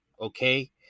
Okay